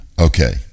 Okay